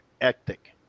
ethic